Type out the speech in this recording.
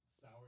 Sour